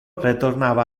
retornava